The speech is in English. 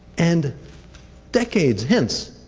and decades hence,